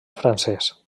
francès